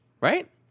right